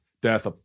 death